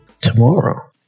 tomorrow